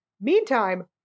Meantime